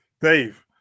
Dave